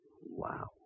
Wow